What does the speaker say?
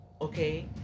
Okay